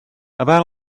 about